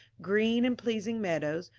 green and pleasing meadows,